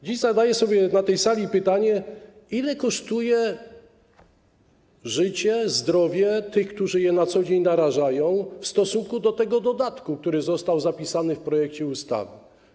Dziś zadaję sobie na tej sali pytanie, ile kosztuje życie, zdrowie tych, którzy je na co dzień narażają, w stosunku do tego dodatku, który został zapisany w projekcie ustawy.